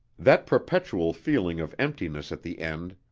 that perpetual feeling of emptiness at the end,